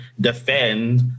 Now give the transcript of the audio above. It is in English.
defend